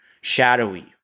shadowy